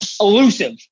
Elusive